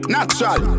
Natural